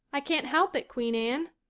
i can't help it, queen anne.